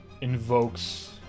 invokes